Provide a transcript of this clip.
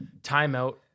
timeout